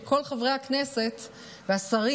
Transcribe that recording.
של כל חברי הכנסת והשרים,